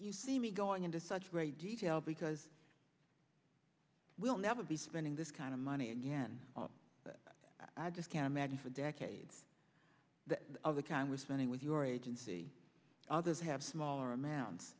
you see me going into such great detail because we'll never be spending this kind of money again i just can't imagine for decades the other congressman with your agency others have smaller amounts